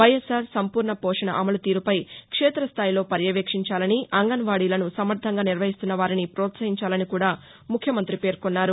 వైయస్ఆర్ సంఫూర్ణ పోషణ అమలు తీరుపై క్షేతస్థాయిలో పర్యవేక్షించాలని అంగన్వాడీలను సమర్గంగా నిర్వహిస్తున్న వారిని ప్రోత్సహించాలని కూడా ముఖ్యమంతి పేర్కొన్నారు